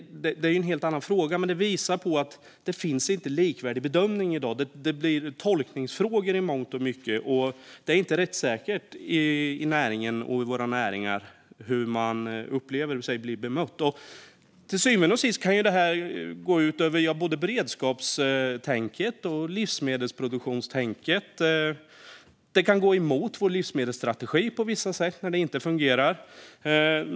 Det är en helt annan fråga, men det visar att det inte finns likvärdig bedömning i dag. Det blir tolkningsfrågor i mångt och mycket. Det är inte rättssäkert hur man inom våra näringar upplever sig bli bemött. Till syvende och sist kan detta gå ut över både beredskapstänket och livsmedelsproduktionstänket. Det kan gå emot vår livsmedelsstrategi på vissa sätt när det inte fungerar.